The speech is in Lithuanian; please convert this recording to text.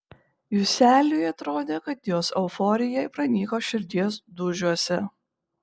juseliui atrodė kad jos euforija pranyko širdies dūžiuose